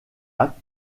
acte